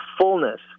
fullness